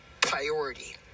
priority